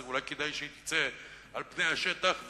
אז אולי כדאי שתצא על פני השטח ותופיע,